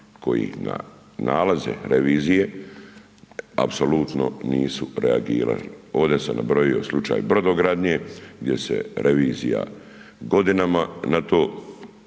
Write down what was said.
koji na nalaze revizije apsolutno nisu reagirali. Ovde sam nabrojio slučaj brodogradnje, gdje se revizija godinama na to